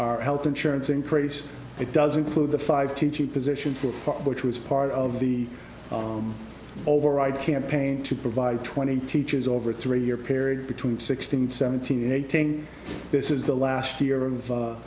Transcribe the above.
our health insurance increase it does include the five teaching positions which was part of the override campaign to provide twenty teachers over a three year period between sixteen seventeen and eighteen this is the last year of